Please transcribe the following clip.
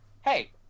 hey